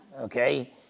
okay